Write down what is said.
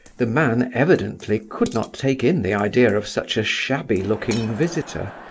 the man evidently could not take in the idea of such a shabby-looking visitor,